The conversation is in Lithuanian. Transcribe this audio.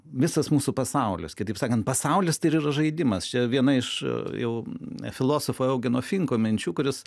visas mūsų pasaulis kitaip sakant pasaulis tai ir yra žaidimas čia viena iš jau filosofo eugeno finko minčių kuris